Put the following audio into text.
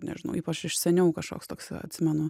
nežinau ypač iš seniau kažkoks toks yra atsimenu